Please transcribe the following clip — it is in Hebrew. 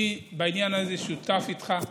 אני בעניין הזה שותף איתך,